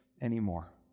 anymore